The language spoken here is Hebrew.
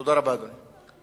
תודה רבה, אדוני.